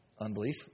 unbelief